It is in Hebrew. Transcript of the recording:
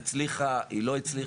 מבררים אם היא הצליחה או לא,